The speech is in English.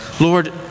Lord